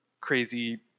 Crazy